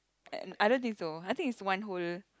and I don't think so I think is one whole